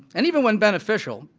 and even when beneficial,